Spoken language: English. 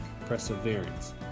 perseverance